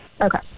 Okay